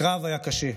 הקרב היה קשה.